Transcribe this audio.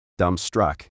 dumbstruck